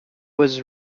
was